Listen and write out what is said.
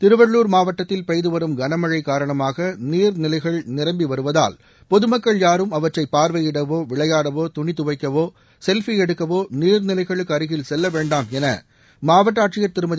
திருவள்ளூர் மாவட்டத்தில் பெய்து வரும் கனமழை காரணமாக நீர்நிலைகள் நிரம்பி வருவதால் பொதுமக்கள் யாரும் அவற்றை பார்வையிடவோ விளையாடவோ துணி துவைக்கவோ செல்பி எடுக்கவோ நீர்நிலைகளுக்கு அருகில் செல்ல வேண்டாம் என மாவட்ட ஆட்சியர் திருமதி